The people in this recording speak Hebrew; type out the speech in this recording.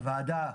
הוועדה,